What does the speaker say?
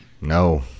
No